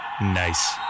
Nice